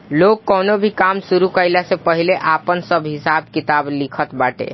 लोग कवनो भी काम शुरू कईला से पहिले आपन सब हिसाब किताब लिखत बाटे